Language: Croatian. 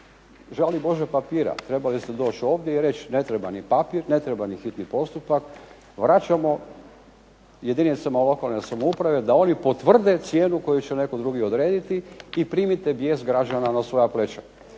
žali Bože papira. Trebali ste doći ovdje i reći ne treba ni papir, ne treba ni hitni postupak. Vraćamo jedinicama lokalne samouprave da oni potvrde cijenu koju će netko drugi odrediti i primite vijest građana na svoja pleća.